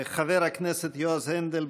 חבר הכנסת יועז הנדל,